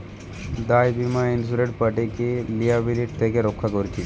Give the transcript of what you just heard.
দায় বীমা ইন্সুরেড পার্টিকে লিয়াবিলিটি থেকে রক্ষা করতিছে